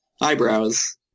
Eyebrows